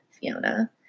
Fiona